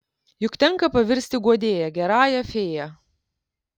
juk tenka pavirsti guodėja gerąją fėja